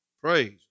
Praise